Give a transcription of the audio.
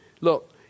Look